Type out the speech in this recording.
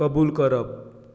कबूल करप